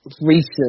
recent